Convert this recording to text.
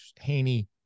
Haney